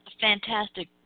fantastic